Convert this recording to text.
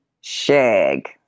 shag